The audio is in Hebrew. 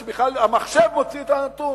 שבכלל המחשב מוציא את הנתון.